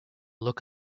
look